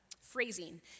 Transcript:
phrasing